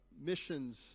missions